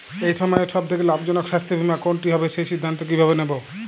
এই সময়ের সব থেকে লাভজনক স্বাস্থ্য বীমা কোনটি হবে সেই সিদ্ধান্ত কীভাবে নেব?